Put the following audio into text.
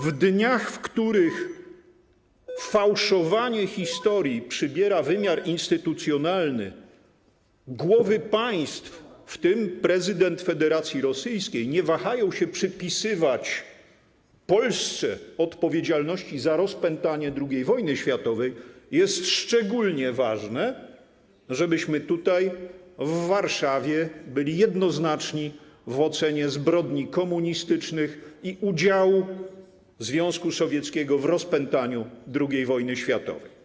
W dniach, w których fałszowanie historii przybiera wymiar instytucjonalny, głowy państw, w tym prezydent Federacji Rosyjskiej, nie wahają się przypisywać Polsce odpowiedzialności za rozpętanie II wojny światowej, jest szczególnie ważne, żebyśmy tutaj, w Warszawie, byli jednoznaczni w ocenie zbrodni komunistycznych i udziału Związku Sowieckiego w rozpętaniu II wojny światowej.